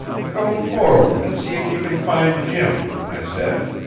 go forward and see if you can find jim, i said.